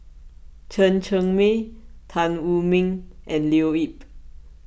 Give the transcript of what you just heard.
Chen Cheng Mei Tan Wu Meng and Leo Yip